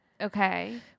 Okay